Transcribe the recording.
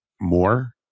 more